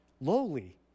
lowly